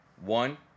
One